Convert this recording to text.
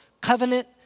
covenant